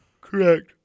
Correct